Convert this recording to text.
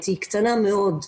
היא קטנה מאוד.